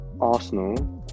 Arsenal